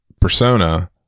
persona